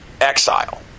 exile